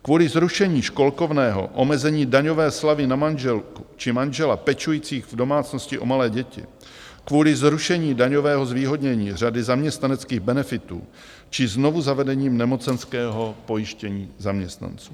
Kvůli zrušení školkovného, omezení daňové slevy na manželku či manžela pečujících v domácnosti o malé děti, kvůli zrušení daňového zvýhodnění řady zaměstnaneckých benefitů či znovuzavedením nemocenského pojištění zaměstnanců.